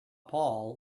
paul